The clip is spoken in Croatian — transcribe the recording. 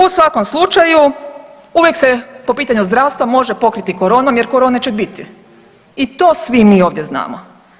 U svakom slučaju uvijek se po pitanju zdravstva može pokriti koronom, jer korone će biti i to svi mi ovdje znamo.